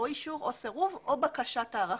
או אישור, או סירוב או בקשת הארכה.